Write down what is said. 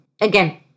again